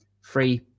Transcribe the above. Free